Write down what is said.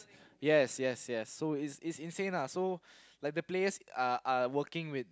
yes yes yes so it's it's insane so like the player are are working